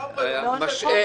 משעה.